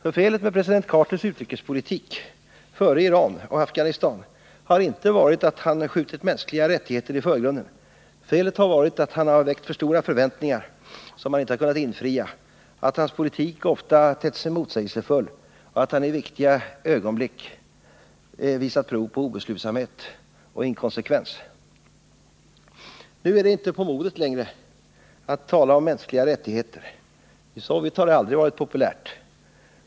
För felet med president Carters utrikespolitik före händelserna i Iran och Afghanistan har inte varit att han skjutit mänskliga rättigheter i förgrunden. Felet har varit att han har väckt förväntningar som han inte har kunnat infria. att hans politik ofta tett sig motsägelsefull och att han i viktiga ögonblick visat prov på obeslutsamhet och inkonsekvens. Nu är det inte på modet längre att tala om mänskliga rättigheter. I Sovjet har det aldrig varit populärt.